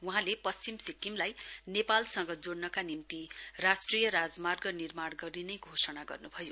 वहाँले पश्चिम सिक्कमलाई नेपाल सँग जोइनका निम्ति राष्ट्रिय राजमार्ग निर्माण गरिने घोषणा गर्नुभयो